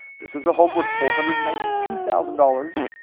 this is a home worth four hundred and ninety two thousand dollars.